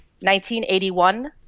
1981